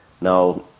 Now